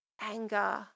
anger